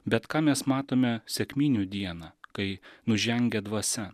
bet ką mes matome sekminių dieną kai nužengia dvasia